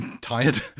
tired